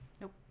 Nope